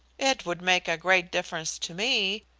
it would make a great difference to me,